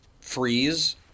freeze